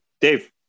Dave